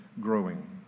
growing